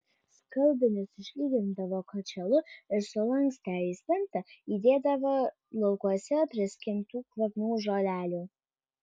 skalbinius išlygindavo kočėlu ir sulankstę į spintą įdėdavo laukuose priskintų kvapnių žolelių